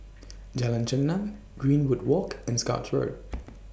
Jalan Chengam Greenwood Walk and Scotts Road